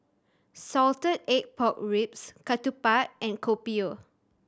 salted egg pork ribs ketupat and Kopi O